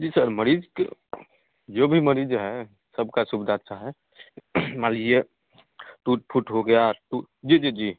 जी sir मरीज़ के जो भी मरीज़ हैं सबकी सुविधा अच्छी है मान लीजिए टूट फूट हो गया तो जी जी जी